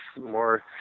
more